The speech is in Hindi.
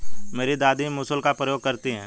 मेरी दादी मूसल का प्रयोग करती हैं